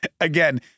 again